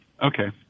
Okay